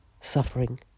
suffering